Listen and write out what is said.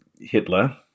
Hitler